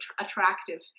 attractive